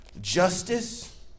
justice